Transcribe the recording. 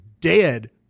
dead